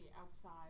outside